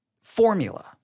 formula